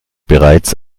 bereits